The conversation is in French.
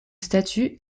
statue